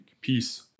Peace